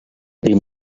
pri